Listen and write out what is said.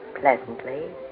pleasantly